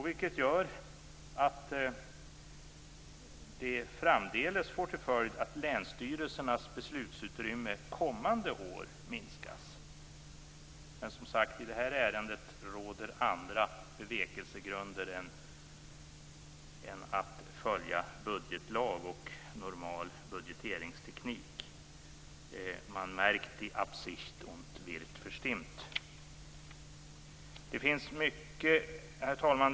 Det får framdeles till följd att länsstyrelsernas beslutsutrymme kommande år minskas. Men som sagt: I det här ärendet råder andra bevekelsegrunder än att följa budgetlag och normal budgeteringsteknik. Man merkt die Absicht und wird verstimmt. Herr talman!